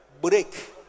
break